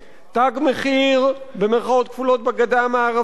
"תג מחיר" במירכאות כפולות, בגדה המערבית: